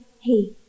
hey